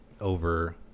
over